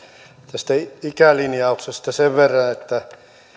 tästä ikälinjauksesta sen verran että